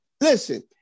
listen